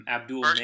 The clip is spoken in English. Abdul